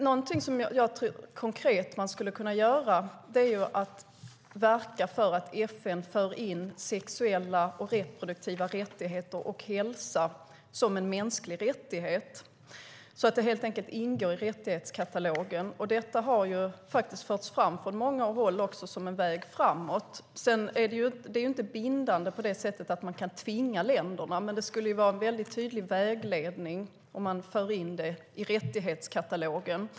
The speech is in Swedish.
Någonting konkret som man skulle kunna göra är att verka för att FN ska föra in sexuella och reproduktiva rättigheter och hälsa som en mänsklig rättighet, så att det helt enkelt ingår i rättighetskatalogen. Detta har förts fram från många håll som en väg framåt. Det är inte bindande på det sättet att man kan tvinga länderna, men det skulle vara en tydlig vägledning om det förs in i rättighetskatalogen.